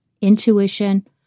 intuition